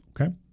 okay